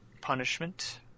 punishment